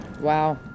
Wow